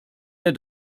der